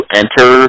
enter